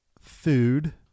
food